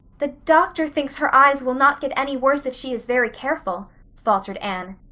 the doctor thinks her eyes will not get any worse if she is very careful, faltered anne.